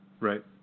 Right